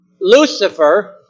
Lucifer